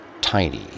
tiny